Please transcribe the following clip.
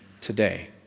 today